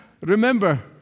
remember